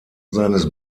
seines